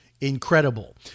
incredible